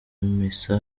misa